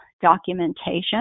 documentation